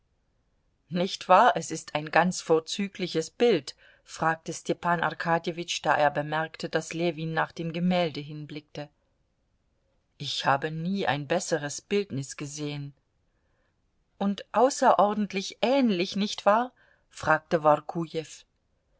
nicht wahr es ist ein ganz vorzügliches bild fragte stepan arkadjewitsch da er bemerkte daß ljewin nach dem gemälde hinblickte ich habe nie ein besseres bildnis gesehen und außerordentlich ähnlich nicht wahr fragte